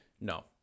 No